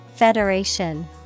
Federation